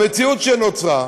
במציאות שנוצרה,